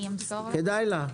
כדאי לה.